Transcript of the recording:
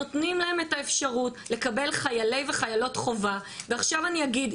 נותנים להם את האפשרות לקבל חיילי וחיילות חובה ועכשיו אני אגיד,